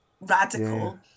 radical